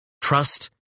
Trust